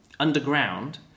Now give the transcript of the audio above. underground